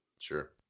sure